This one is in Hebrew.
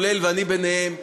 ואני ביניהם,